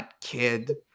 kid